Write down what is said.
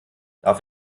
darf